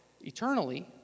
eternally